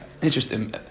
interesting